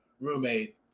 roommate